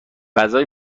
غذای